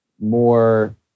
more